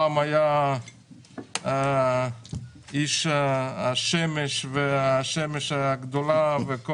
פעם הייתה השמש והשמש הגדולה.